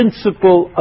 Principle